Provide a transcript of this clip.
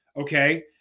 okay